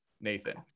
Nathan